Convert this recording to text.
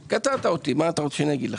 כי אנשים מבוגרים כמו הוריי למשל,